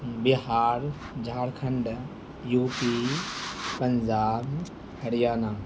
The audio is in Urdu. Bihar Jharkhand U P Punjab Haryana